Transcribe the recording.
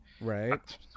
right